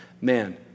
man